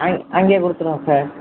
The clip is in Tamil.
அங் அங்கே கொடுத்துடுவோம் சார்